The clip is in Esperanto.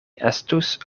estus